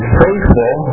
faithful